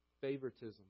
favoritism